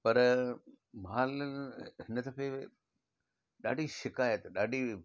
पर मालु हिन दफ़े ॾाढी शिकायत ॾाढी